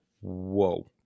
Whoa